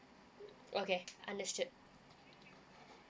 okay understood